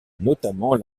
notamment